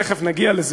תכף נגיע לזה,